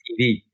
TV